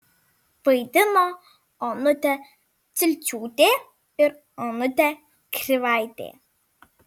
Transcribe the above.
vaidino onutė cilciūtė ir onutė krivaitė